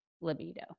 libido